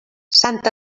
sant